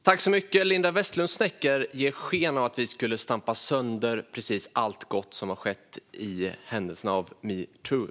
Fru talman! Linda Westerlund Snecker ger sken av att vi skulle stampa sönder precis allt gott som har skett i spåren av metoo.